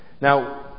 Now